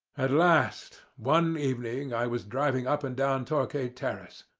at last, one evening i was driving up and down torquay terrace,